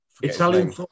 Italian